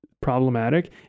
problematic